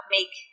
make